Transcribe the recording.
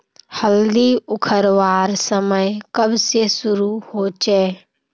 हल्दी उखरवार समय कब से शुरू होचए?